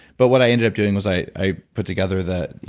but what i ended up doing, was i i put together that,